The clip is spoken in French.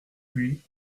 buis